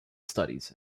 studies